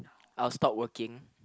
I'll stop working